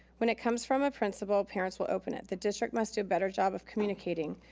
when it comes from a principal, parents will open it. the district must do a better job of communicating.